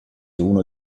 uno